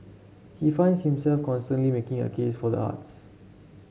he finds himself constantly making a case for the arts